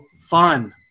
fun